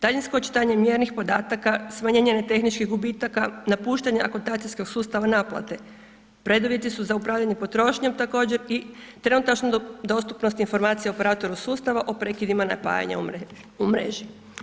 Daljinsko očitanje mjernih podataka, smanjenje ne tehničkih gubitaka, napuštanje akontacijskog sustava naplate, preduvjeti su za upravljanje potrošnjom također i trenutačna dostupnost informacija o operatoru sustava o prekidima napajanja u mreži.